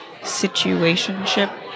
situationship